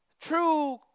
true